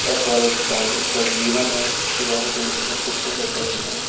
ई सब करैके चाही ई सब जीवनमे रहैके लेल बहुत किछु करै पड़ै छै